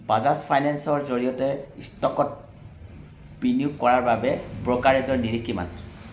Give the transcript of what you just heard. বাজাজ ফাইনেন্সৰ জৰিয়তে ষ্টকত বিনিয়োগ কৰাৰ বাবে ব্ৰ'কাৰেজৰ নিৰিখ কিমান